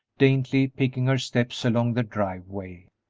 daintily picking her steps along the driveway.